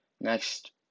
Next